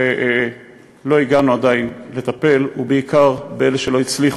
ולא הגענו עדיין לטפל, ובעיקר באלה שלא הצליחו.